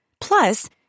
Plus